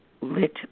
lit